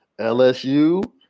LSU